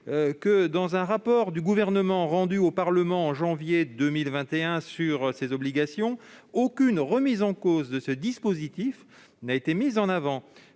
Dans un rapport du Gouvernement rendu au Parlement en janvier 2021 sur ces obligations, aucune remise en cause de ce dispositif n'a été mise en avant.